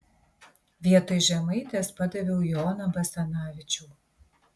vietoj žemaitės padaviau joną basanavičių